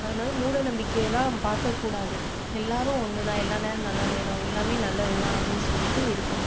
அதனால் மூடநம்பிக்கையெல்லாம் பார்க்கக்கூடாது எல்லோரும் ஒன்று தான் எல்லா நேரம் நல்ல நேரம் எல்லாமே நல்லது தான் அப்படினு சொல்லிகிட்டு இருக்கணும்